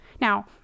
Now